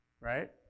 right